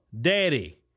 daddy